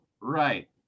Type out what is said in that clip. Right